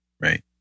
Right